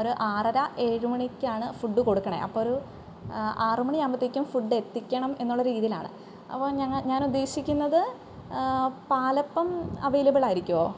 ഒരു ആറര ഏഴ് മണിക്കാണ് ഫുഡ് കൊടുക്കണേ അപ്പോൾ ഒരു ആറ് മണിയാകുമ്പോഴത്തേക്കും ഫുഡ് എത്തിക്കണം എന്നുള്ള ഒരിതിലാണ് അപ്പം ഞങ്ങൾ ഞാനുദ്ദേശിക്കുന്നത് പാലപ്പം അവൈലബിളായിരിക്കുമോ